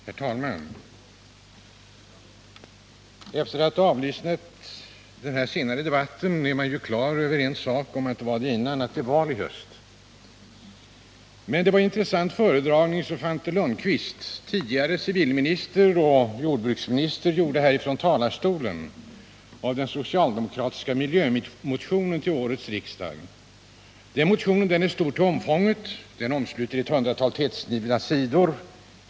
Herr talman! Efter att ha lyssnat till den senaste debatten är man på det klara med — om man inte var det förut — att det är val i höst. Det var en intressant föredragning Svante Lundkvist, tidigare civilminister och jordbruksminister, gjorde av den socialdemokratiska miljömotionen till årets riksdag. Denna motion är stor till omfånget — den omsluter ett hundratal tättskrivna sidor.